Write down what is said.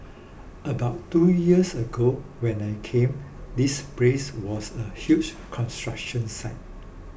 about two years ago when I came this place was a huge construction site